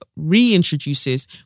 reintroduces